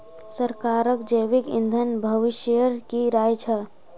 सरकारक जैविक ईंधन भविष्येर की राय छ